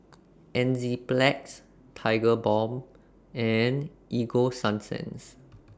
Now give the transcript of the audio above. Enzyplex Tigerbalm and Ego Sunsense